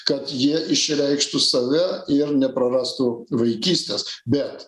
kad jie išreikštų save ir neprarastų vaikystės bet